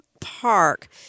park